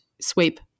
sweep